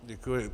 Děkuji.